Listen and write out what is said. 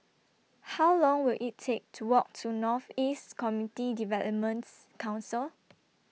How Long Will IT Take to Walk to North East Community Developments Council